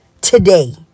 today